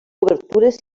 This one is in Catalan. obertures